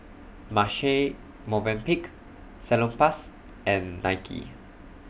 Marche Movenpick Salonpas and Nike